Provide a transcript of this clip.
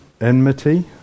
enmity